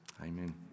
Amen